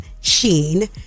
Sheen